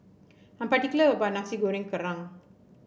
I'm particular about Nasi Goreng Kerang